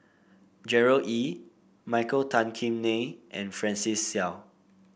Gerard Ee Michael Tan Kim Nei and Francis Seow